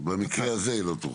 במקרה הזה לא תוכל.